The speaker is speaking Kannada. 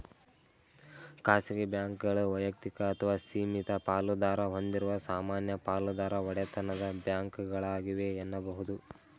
ಖಾಸಗಿ ಬ್ಯಾಂಕ್ಗಳು ವೈಯಕ್ತಿಕ ಅಥವಾ ಸೀಮಿತ ಪಾಲುದಾರ ಹೊಂದಿರುವ ಸಾಮಾನ್ಯ ಪಾಲುದಾರ ಒಡೆತನದ ಬ್ಯಾಂಕ್ಗಳಾಗಿವೆ ಎನ್ನುಬಹುದು